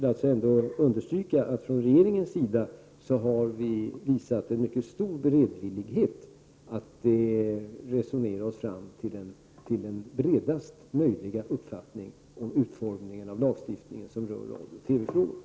Jag vill understryka att vi från regeringens sida har visat en mycket stor beredvillighet att resonera oss fram till bredaste möjliga uppfattning om utformningen av den lagstiftning som rör radiooch TV-frågor.